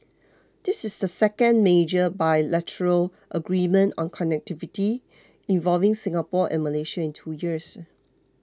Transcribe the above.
this is the second major bilateral agreement on connectivity involving Singapore and Malaysia in two years